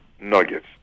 Nuggets